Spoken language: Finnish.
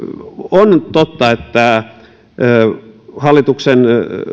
on totta että hallituksen